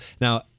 now